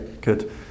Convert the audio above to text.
good